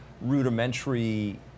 rudimentary